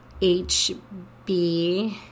HB